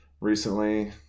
recently